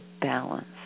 balance